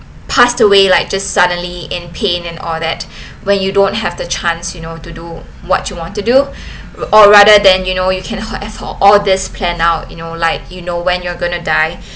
passed away like just suddenly in pain and all that when you don't have the chance you know to do what you want to do or rather than you know you can all this plan out you know like you know when you're going to die